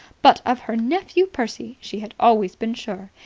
but of her nephew percy she had always been sure.